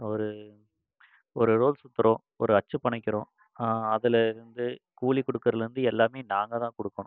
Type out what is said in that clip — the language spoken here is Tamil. ஒரு ஒரு ரோல் சுற்றுறோம் ஒரு அச்சீவ் பண்ணிக்கிறோம் அதில் இருந்து கூலி கொடுக்கறலருந்து எல்லாம் நாங்கள் தான் கொடுக்கணும்